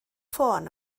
ffôn